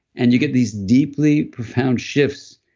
and you get these deeply profound shifts,